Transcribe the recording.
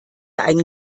einen